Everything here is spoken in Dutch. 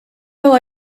wel